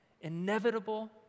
inevitable